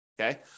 Okay